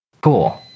Cool